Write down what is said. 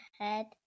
head